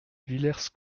villers